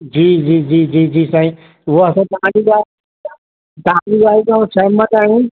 जी जी जी जी जी साईं उहा असां तव्हांजी ॻाल्हि तव्हां जी ॻाल्हि सां सहमत आहियूं